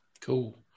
Cool